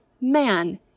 man